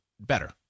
better